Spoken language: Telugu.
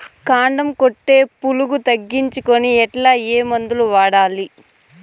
కాండం కొట్టే పులుగు తగ్గించేకి ఎట్లా? ఏ మందులు వాడాలి?